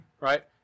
right